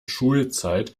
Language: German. schulzeit